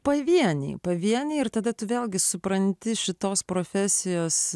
pavieniai pavieniai ir tada tu vėlgi supranti šitos profesijos